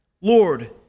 Lord